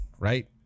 Right